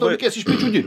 tau reikės iš pečių dirbt